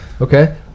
Okay